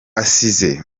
asize